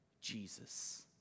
Jesus